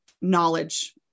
knowledge